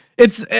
it's a,